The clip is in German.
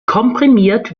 komprimiert